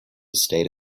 state